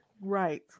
Right